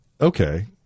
Okay